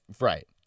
right